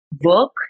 work